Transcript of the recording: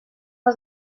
has